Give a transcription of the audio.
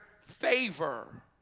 favor